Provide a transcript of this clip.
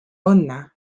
õnne